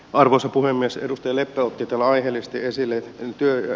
arvoisa puhemies edustajille kaupitella aiheellisesti esille työ ja